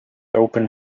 open